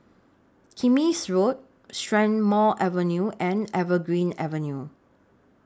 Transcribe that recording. Kismis Road Strathmore Avenue and Evergreen Avenue